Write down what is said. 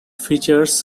features